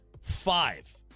five